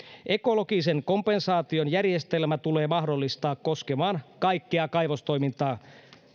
ekologisen kompensaation järjestelmä tulee mahdollistaa koskemaan kaikkea kaivostoimintaa